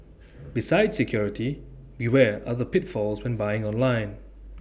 besides security beware other pitfalls when buying online